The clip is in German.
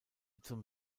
zum